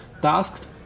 tasked